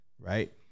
right